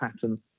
pattern